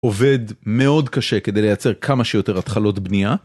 עובד מאוד קשה כדי לייצר כמה שיותר התחלות בנייה.